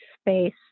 space